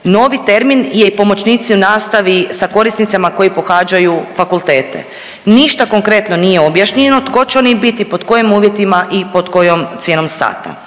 Novi termin je i pomoćnici u nastavi sa korisnicima koji pohađaju fakultete. Ništa konkretno nije objašnjeno tko će oni biti, pod kojim uvjetima i pod kojom cijenom sata.